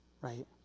Right